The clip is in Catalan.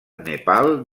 nepal